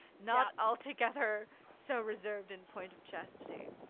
not altogether so reserved in point of chastity.